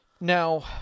Now